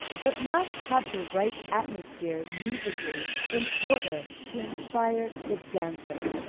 but must have the right atmosphere musically in order to inspire the dancer.